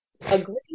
agree